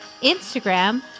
Instagram